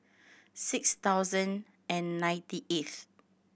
six thousand and ninety eighth